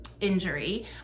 injury